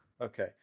Okay